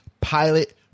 pilot